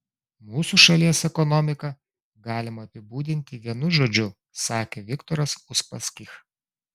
mūsų šalies ekonomiką galima apibūdinti vienu žodžiu sakė viktoras uspaskich